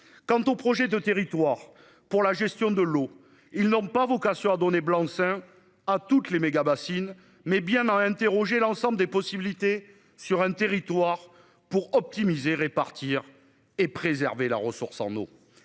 Quant au projet de territoire pour la gestion de l'eau, ils n'ont pas vocation à donner blanc-seing à toutes les mégabassines mais bien m'a interrogé l'ensemble des possibilités sur un territoire pour optimiser répartir et préserver la ressource en eau